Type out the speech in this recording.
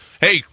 Hey